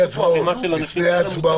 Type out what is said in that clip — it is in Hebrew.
ייכנסו לפה ערימה של אנשים שלא יודעים